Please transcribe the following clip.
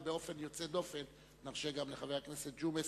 ובאופן יוצא דופן נרשה גם לחבר הכנסת ג'ומס,